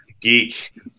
geek